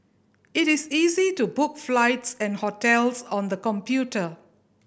it is easy to book flights and hotels on the computer